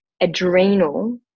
adrenal